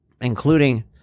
including